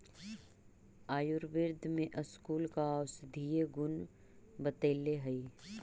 आयुर्वेद में स्कूल का औषधीय गुण बतईले हई